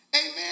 Amen